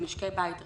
למשקי בית רבים,